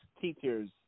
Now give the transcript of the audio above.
teachers